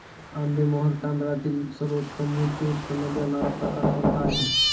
आंबेमोहोर तांदळातील सर्वोत्तम उच्च उत्पन्न देणारा प्रकार कोणता आहे?